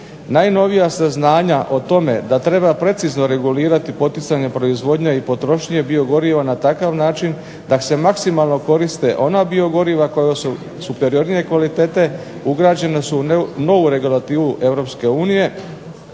Najnovija saznanja o tome da treba precizno regulirati potpisane proizvodnje i potrošnje biogoriva na takav način da se maksimalno koriste ona biogoriva koja su superiornija i kvalitete ugrađena su u novu regulativu